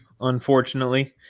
unfortunately